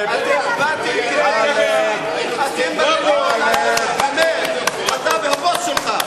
לא להעמיד אותם לדין, ראש הממשלה ושר הביטחון,